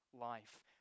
life